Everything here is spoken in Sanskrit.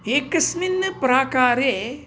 एकस्मिन् प्राकारे